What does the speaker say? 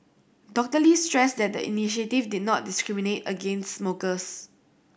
Doctor Lee stressed that the initiative did not discriminate against smokers